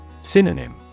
Synonym